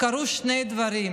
קרו שני דברים.